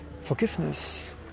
forgiveness